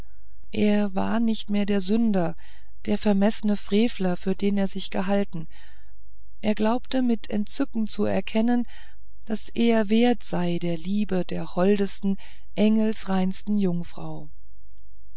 er war nicht mehr der sünder der vermeßne frevler für den er sich gehalten er glaubte mit entzücken zu erkennen daß er wert sei der liebe der holdesten engelreinsten jungfrau